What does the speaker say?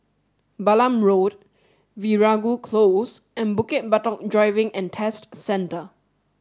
Balam Road Veeragoo Close and Bukit Batok Driving and Test Centre